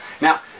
Now